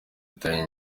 zitari